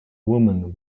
woman